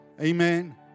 Amen